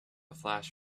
flash